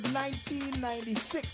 1996